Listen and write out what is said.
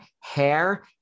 hair